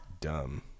dumb